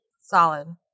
solid